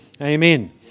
Amen